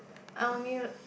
I only